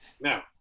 Now